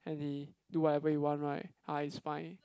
and he do whatever he want right ah is fine